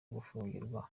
gufungirwa